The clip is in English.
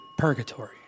Purgatory